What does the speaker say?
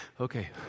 Okay